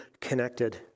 connected